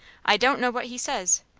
i don't know what he says,